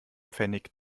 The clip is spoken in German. pfennig